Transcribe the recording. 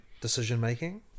decision-making